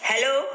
Hello